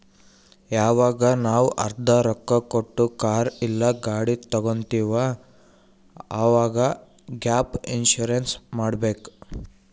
ಯವಾಗ್ ನಾವ್ ಅರ್ಧಾ ರೊಕ್ಕಾ ಕೊಟ್ಟು ಕಾರ್ ಇಲ್ಲಾ ಗಾಡಿ ತಗೊತ್ತಿವ್ ಅವಾಗ್ ಗ್ಯಾಪ್ ಇನ್ಸೂರೆನ್ಸ್ ಮಾಡಬೇಕ್